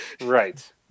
Right